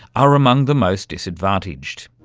are among the most disadvantaged.